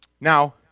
Now